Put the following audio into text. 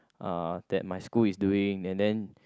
uh that my school is doing and then